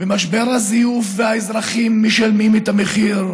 במשבר הזיוף, והאזרחים משלמים את המחיר.